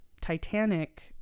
Titanic